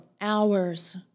hours